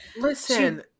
Listen